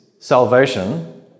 salvation